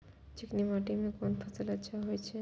चिकनी माटी में कोन फसल अच्छा होय छे?